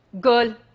girl